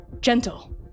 Gentle